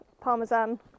parmesan